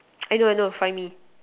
I know I know find me